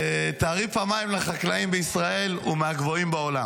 תעריף המים לחקלאים בישראל הוא מהגבוהים בעולם,